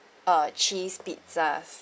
uh cheese pizzas